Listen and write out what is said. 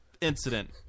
incident